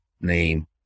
name